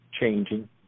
changing